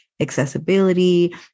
accessibility